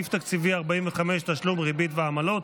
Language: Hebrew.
סעיף תקציבי 45, תשלום ריבית ועמלות,